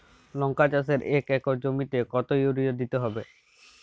লংকা চাষে এক একর জমিতে কতো ইউরিয়া দিতে হবে?